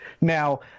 Now